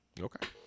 Okay